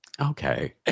okay